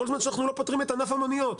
כל זמן שאנחנו לא פותרים את ענף המוניות.